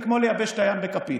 זה כמו לייבש את הים בכפית.